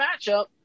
matchup